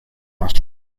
más